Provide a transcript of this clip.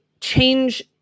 change